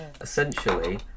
Essentially